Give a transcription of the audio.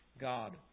God